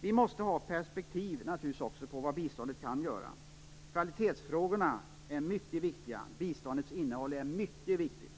Vi måste självfallet också ha perspektiv på vad biståndet kan göra. Kvalitetsfrågorna är mycket viktiga. Biståndets innehåll är alltså mycket viktigt.